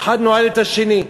האחד נועל את השני,